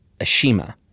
Ashima